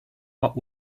what